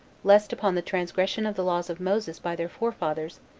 lest, upon the transgression of the laws of moses by their forefathers,